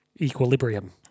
equilibrium